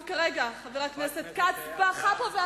רק כרגע חבר הכנסת כץ בכה פה,